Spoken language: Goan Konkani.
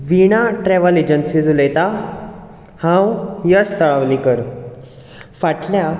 वीणा ट्रॅवल एजंसी उलयता हांव यश तळावळीकर